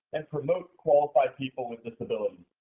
and promote qualified people with disabilities?